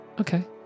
Okay